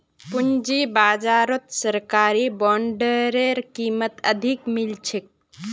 पूंजी बाजारत सरकारी बॉन्डेर कीमत अधिक मिल छेक